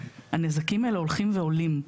הנזקים האלה הולכים ועולים,